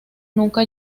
nunca